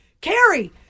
Carrie